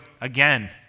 again